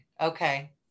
okay